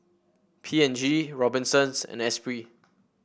P and G Robinsons and Esprit